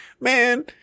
man